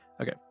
Okay